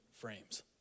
frames